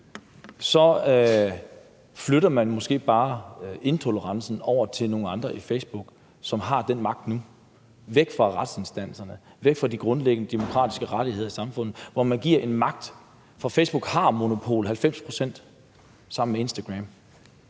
at flytte intolerancen over til nogle andre end Facebook, som har den magt nu – væk fra retsinstanserne, væk fra de grundlæggende demokratiske rettigheder i samfundet, hvor man afgiver en magt. For Facebook har monopol – 90 pct. sammen med Instagram.